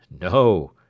No